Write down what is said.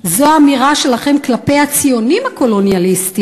זו האמירה שלכם כלפי הציונים הקולוניאליסטים,